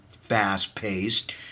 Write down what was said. fast-paced